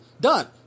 Done